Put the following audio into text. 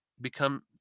Become